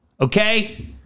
Okay